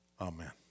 Amen